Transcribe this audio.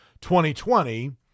2020